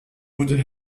would